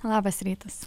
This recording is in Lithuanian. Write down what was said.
labas rytas